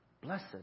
Blessed